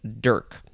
dirk